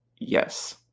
Yes